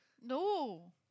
No